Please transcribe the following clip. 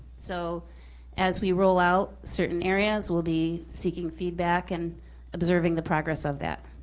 so as we roll out certain areas, we'll be seeking feedback and observing the progress of that.